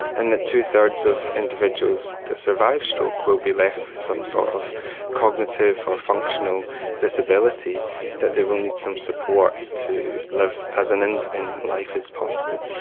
and two-thirds of individuals that survive stroke will be left with some sort of cognitive or functional disability that they will need some support to live as an independent life as possible.